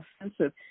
offensive